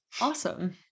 Awesome